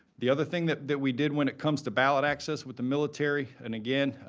the other thing that that we did when it comes to ballot access with the military, and again,